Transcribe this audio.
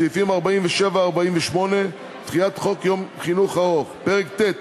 סעיפים 47 ו-48 (דחיית חוק יום חינוך ארוך); פרק ט',